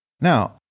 Now